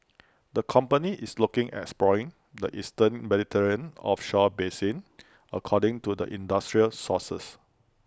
the company is looking at exploring the eastern Mediterranean offshore basin according to the industry sources